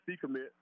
commit